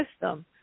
system